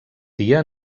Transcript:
dia